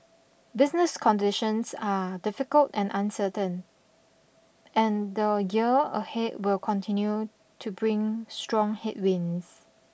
business conditions are difficult and uncertain and the year ahead will continue to bring strong headwinds